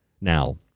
now